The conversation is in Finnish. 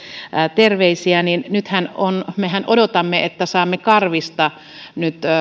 terveisiä niin nythän me odotamme että saamme karvista nyt